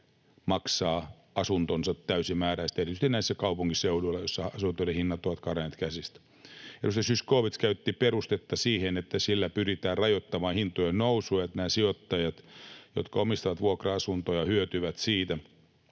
maksaa asuntonsa täysimääräisesti, erityisesti näillä kaupunkiseuduilla, joilla asuntojen hinnat ovat karanneet käsistä. Edustaja Zyskowicz käytti perustetta, että sillä pyritään rajoittamaan hintojen nousua, että nämä sijoittajat, jotka omistavat vuokra-asuntoja, hyötyvät siitä,